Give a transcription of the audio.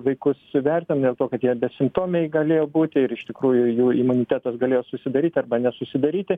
vaikus suvertinam dėl to kad jie besimptomiai galėjo būti ir iš tikrųjų jų imunitetas galėjo susidaryti arba nesusidaryti